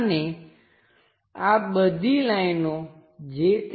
હમેંશા આપણે ઓબ્જેક્ટમાંથી મહત્તમ સાઈઝ મહત્તમ પરિમાણો શું છે તે જોવાનો પ્રયાસ કરીએ છીએ